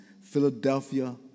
Philadelphia